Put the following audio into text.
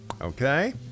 Okay